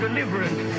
Deliverance